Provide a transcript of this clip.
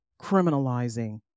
criminalizing